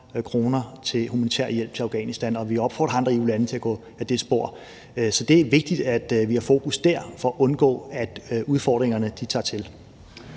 til humanitær hjælp til Afghanistan, og vi opfordrer andre EU-lande til at følge i det spor. Så det er vigtigt, at vi har fokus på det for at undgå, at udfordringerne tager til.